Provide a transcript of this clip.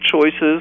choices